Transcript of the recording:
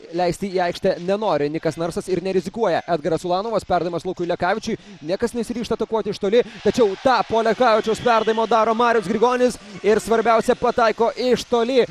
leisti į aikštę nenori nikas narsas ir nerizikuoja edgaras ulanovas perdavimas lukui lekavičiui niekas nesiryžta atakuoti iš toli tačiau tą po lekavičiaus perdavimo daro marius grigonis ir svarbiausia pataiko iš toli